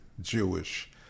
Jewish